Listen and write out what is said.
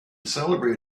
celebrate